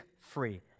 free